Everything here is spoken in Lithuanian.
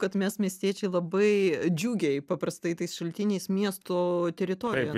kad mes miestiečiai labai džiugiai paprastai tais šaltiniais miesto teritorijoje